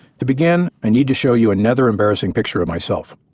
to begin i need to show you another embarrassing picture of myself.